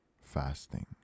Fasting